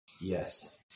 Yes